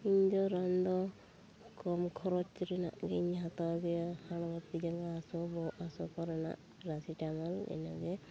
ᱤᱧ ᱫᱚ ᱨᱟᱱ ᱫᱚ ᱠᱚᱢ ᱠᱷᱚᱨᱚᱡ ᱨᱮᱱᱟᱜ ᱜᱮᱧ ᱦᱟᱛᱟᱣ ᱜᱮᱭᱟ ᱦᱚᱲᱢᱚᱛᱤ ᱡᱟᱜᱟ ᱦᱟᱥᱩ ᱵᱚᱦᱚᱜ ᱦᱟᱥᱩ ᱠᱚᱨᱮᱱᱟᱜ ᱯᱮᱨᱟᱥᱤᱴᱮᱢᱳᱞ ᱤᱱᱟᱹᱜᱮ